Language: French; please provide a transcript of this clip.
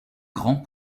grands